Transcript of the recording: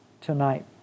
tonight